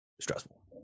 stressful